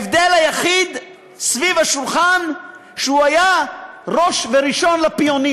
ההבדל היחיד סביב השולחן היה שהוא היה ראש וראשון לפיונים,